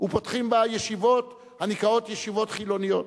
ופותחים בה ישיבות הנקראות ישיבות חילוניות,